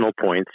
points